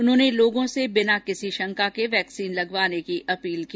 उन्होंने लोगों से बिना किसी शंका के वैक्सीन लगावाने की अपील की